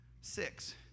Six